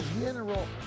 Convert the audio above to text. general